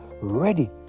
ready